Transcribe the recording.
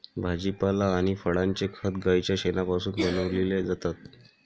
भाजीपाला आणि फळांचे खत गाईच्या शेणापासून बनविलेले जातात